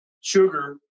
sugar